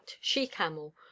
she-camel